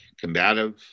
combative